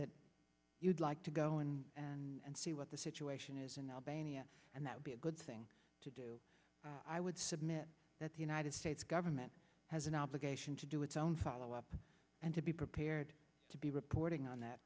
that you'd like to go in and see what the situation is in albania and that would be a good thing to do i would submit that the united states government has an obligation to do its own follow up and to be prepared to be reporting on that